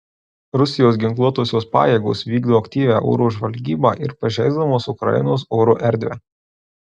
rusijos ginkluotosios pajėgos vykdo aktyvią oro žvalgybą ir pažeisdamos ukrainos oro erdvę